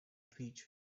trees